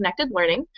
ConnectedLearning